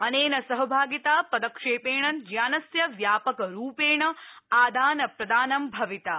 अनेन सहभागिता पदक्षेपेण ज्ञानस्य व्यापकरूपेण आदान प्रदानं भविता